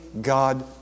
God